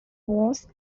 was